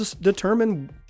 determine